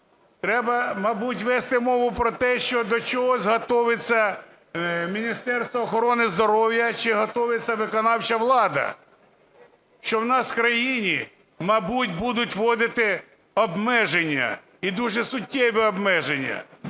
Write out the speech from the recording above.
Треба, мабуть, вести мову про те, що до чогось готовиться Міністерство охорони здоров'я, чи готовиться виконавча влада. Що у нас в країні, мабуть, будуть вводити обмеження і дуже суттєві обмеження.